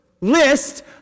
list